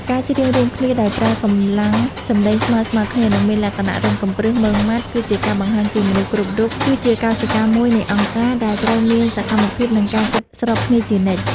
ការច្រៀងរួមគ្នាដោយប្រើកម្លាំងសម្លេងស្មើៗគ្នា និងមានលក្ខណៈរឹងកំព្រឹស ម៉ឺងម៉ាត់ គឺជាការបង្ហាញថាមនុស្សគ្រប់រូបគឺជាកោសិកាមួយនៃអង្គការ ដែលត្រូវមានសកម្មភាព និងការគិតស្របគ្នាជានិច្ច។